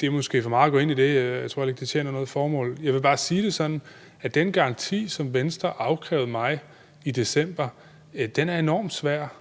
det er måske for meget at gå ind i det, og jeg tror heller ikke, det tjener noget formål. Jeg vil bare sige, at den garanti, som Venstre afkrævede mig i december, er enormt svær